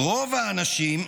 "רוב האנשים,